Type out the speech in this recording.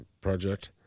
project